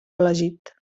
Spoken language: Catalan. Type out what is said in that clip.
elegit